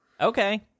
Okay